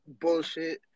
bullshit